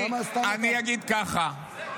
אני אגיד ככה,